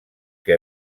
que